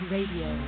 Radio